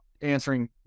answering